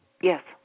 Yes